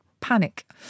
panic